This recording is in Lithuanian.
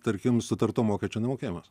tarkim sutarto mokesčio nemokėjimas